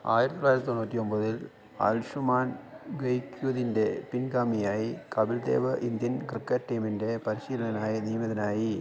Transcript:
ആയിരത്തിത്തൊള്ളായിരത്തി തൊണ്ണൂറ്റിയൊൻപതിൽ അന്ഷുമാൻ ഗേയ്ക്ക്വാദിന്റെ പിൻഗാമിയായി കപിൽ ദേവ് ഇന്ത്യൻ ക്രിക്കറ്റ് ടീമിന്റെ പരിശീലകനായി നിയമിതനായി